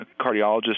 cardiologist